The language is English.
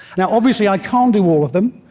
now, obviously i can't do all of them,